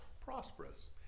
prosperous